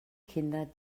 kinder